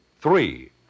Three